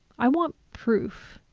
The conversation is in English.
i want proof.